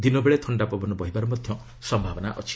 ଦିନବେଳେ ଥଣ୍ଡପବନ ବହିବାର ମଧ୍ୟ ସମ୍ଭାବନା ରହିଛି